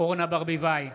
אורנה ברביבאי,